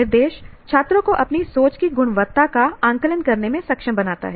निर्देश छात्रों को अपनी सोच की गुणवत्ता का आकलन करने में सक्षम बनाता है